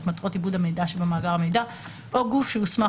את מטרות עיבוד המידע שבמאגר המידע או גוף שהוסמך